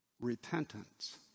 repentance